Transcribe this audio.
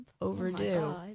Overdue